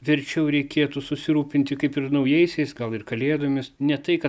verčiau reikėtų susirūpinti kaip ir naujaisiais gal ir kalėdomis ne tai kad